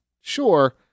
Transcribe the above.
Sure